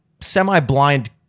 semi-blind